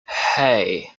hey